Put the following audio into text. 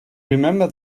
remember